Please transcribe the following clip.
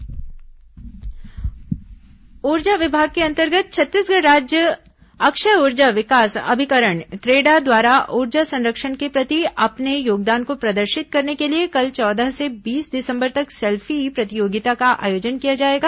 ऊर्जा संरक्षण selfie e प्रतियोगिता ऊर्जा विभाग के अंतर्गत छत्तीसगढ़ राज्य अक्षय ऊर्जा विकास अभिकरण क्रेडा द्वारा ऊर्जा संरक्षण के प्रति अपने योगदान को प्रदर्शित करने के लिए कल चौदह से बीस दिसंबर तक सेल्फी ई प्रतियोगिता का आयोजन किया जाएगा